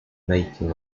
making